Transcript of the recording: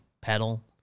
pedal